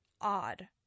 odd